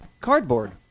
cardboard